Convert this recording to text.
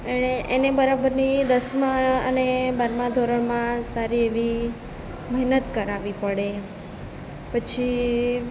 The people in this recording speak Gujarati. એણે એને બરાબરની દસમાં અને બારમાં ધોરણમાં સારી એવી મહેનત કરાવવી પડે પછી